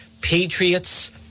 patriots